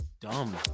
dumb